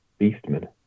beastman